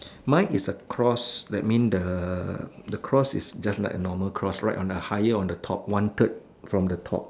mine is a cross that mean the the cross is just like a normal cross right on the higher on the top one third from the top